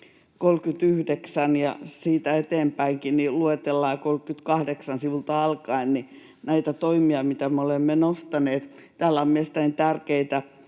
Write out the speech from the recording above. ja siitä eteenpäinkin — ja jo sivulta 38 alkaen — näitä toimia, mitä me olemme nostaneet, on mielestäni tärkeää,